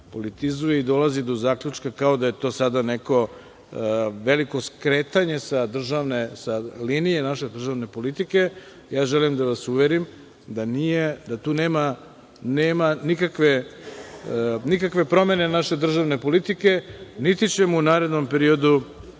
politizuje i dolazi do zaključka kao da je to sada neko veliko skretanje sa linije naše državne politike. Ja želim da vas uverim da nije, da tu nema nikakve promene naše državne politike, niti ćemo u narednom periodu